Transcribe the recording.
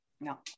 No